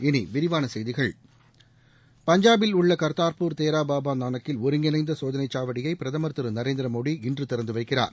இனி விரிவான செய்திகள் பஞ்சாபில் உள்ள கர்தார்பூர் தேரா பாபா நானக்கில் ஒருங்கிணைந்த சோதனைச் சாவடியை பிரதமர் திரு நரேந்திர மோடி இன்று திறந்து வைக்கிறார்